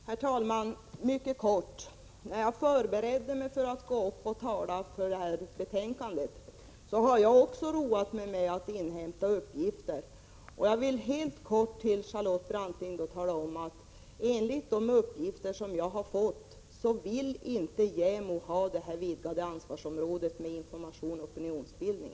Herr talman! När jag förberedde mig för att tala för det här betänkandet, roade jag mig också med att inhämta uppgifter. Jag vill helt kort tala om för Charlotte Branting att enligt de uppgifter som jag har fått vill inte JämO ha ansvarsområdet utvidgat till att omfatta även information och opinionsbildning.